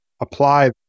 apply